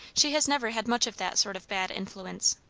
she has never had much of that sort of bad influence.